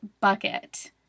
bucket